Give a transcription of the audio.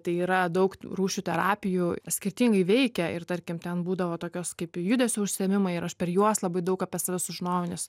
tai yra daug rūšių terapijų skirtingai veikia ir tarkim ten būdavo tokios kaip judesio užsiėmimai ir aš per juos labai daug apie save sužinojau nes